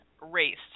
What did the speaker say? race